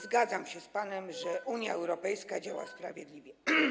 Zgadzam się z panem, że Unia Europejska działa sprawiedliwie.